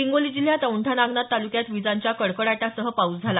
हिंगोली जिल्ह्यात औैंढा नागनाथ तालुक्यात विजांच्या कडकडाटासह पाऊस झाला